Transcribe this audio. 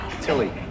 Tilly